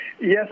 Yes